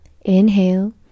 inhale